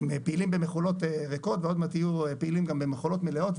הם פעילים במכולות ריקות ועוד מעט יהיו פעילים גם במכולות מלאות,